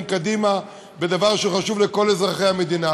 קדימה בדבר שהוא חשוב לכל אזרחי המדינה.